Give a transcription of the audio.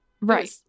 Right